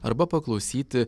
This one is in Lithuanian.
arba paklausyti